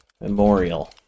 Memorial